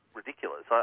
ridiculous